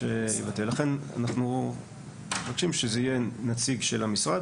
לכן אנחנו מבקשים שזה יהיה נציג של המשרד,